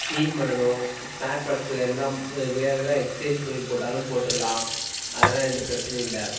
clean பண்ணணும் spare parts எல்லாம் வேறு எதாவது எக்ஸ்சேன்ஜ் பண்ணி போட்டாலும் போட்டுக்கலாம் அதெல்லாம் எந்த பிரச்சினையும் இல்லை